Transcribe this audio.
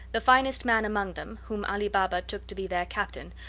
the finest man among them, whom ali baba took to be their captain,